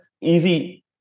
Easy